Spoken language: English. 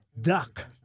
duck